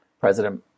President